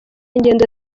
ngendo